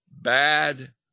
bad